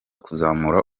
kuzamura